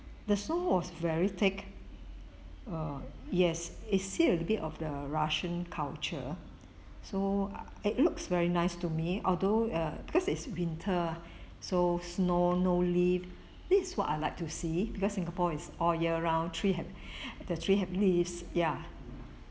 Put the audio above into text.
the snow was very thick uh yes it's still a little bit of the russian culture so it looks very nice to me although err because it's winter so snow no leave this is what I'd like to see because singapore is all year round tree have the tree have the leaves ya